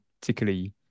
particularly